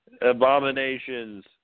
Abominations